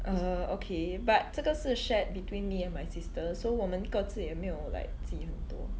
err okay but 这个是 shared between me and my sister so 我们各自也没有 like 挤很多